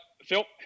Phil